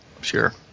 sure